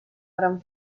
gran